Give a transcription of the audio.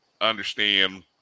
understand